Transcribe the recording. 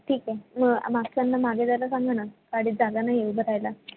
ठीक आहे मग मागच्यांना मागे जायला सांगा ना गाडीत जागा नाही आहे उभं राहायला